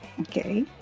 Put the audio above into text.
Okay